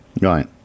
Right